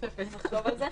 אפשר לחשוב על זה.